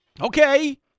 okay